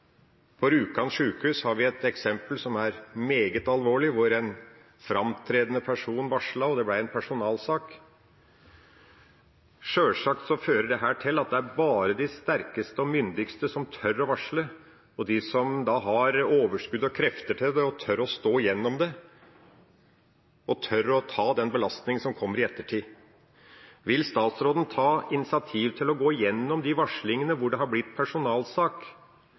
På Rjukan sykehus har vi sett et eksempel som er meget alvorlig. En framtredende person varslet, og det ble en personalsak. Sjølsagt fører dette til at det bare er de sterkeste og mest myndige som tør å varsle. Det er de som har overskudd og krefter til å tørre det og å stå gjennom det – som tør å ta den belastningen som kommer i ettertid. Vil statsråden ta initiativ til å gå gjennom de varslingene som har ført til personalsak,